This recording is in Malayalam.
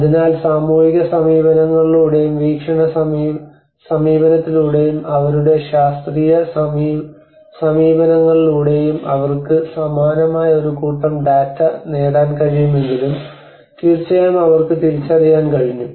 അതിനാൽ സാമൂഹിക സമീപനങ്ങളിലൂടെയും വീക്ഷണ സമീപനത്തിലൂടെയും അവരുടെ ശാസ്ത്രീയ സമീപനങ്ങളിലൂടെയും അവർക്ക് സമാനമായ ഒരു കൂട്ടം ഡാറ്റ നേടാൻ കഴിയുമെങ്കിലും തീർച്ചയായും അവർക്ക് തിരിച്ചറിയാൻ കഴിഞ്ഞു